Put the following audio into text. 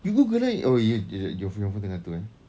you Google eh oh you~ your phone tengah tu eh